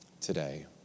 today